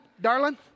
darling